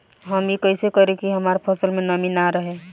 हम ई कइसे करी की हमार फसल में नमी ना रहे?